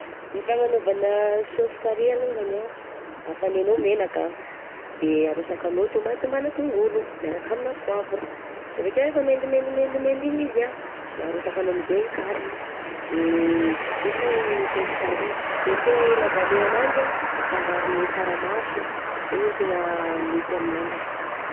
Ny fananaovana sôsy carry alongany ah, afagnainao menaka, de arosakanao tômaty mbana tongolo miaraka amigna poavra, de avy akeo rehefa mendimendy mendy iny izy ah, de arosakanao amin'izay ny carry, de vita i sôsy carry, de ny tegna ilaivanay ananjy ah afangaronay saramaso, zegny ny tegna mety aminanjy.